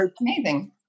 amazing